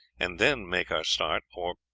and then make our start, or,